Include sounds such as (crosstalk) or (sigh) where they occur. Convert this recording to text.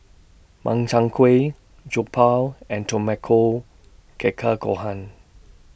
Makchang Gui Jokbal and Tamago (unintelligible) Gohan